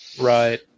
Right